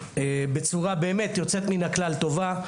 בצורה באמת יוצאת מן הכלל טובה,